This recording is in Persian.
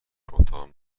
اتاقم